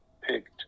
picked